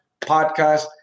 podcast